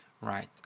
right